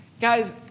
Guys